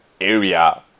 area